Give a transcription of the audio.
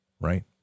Right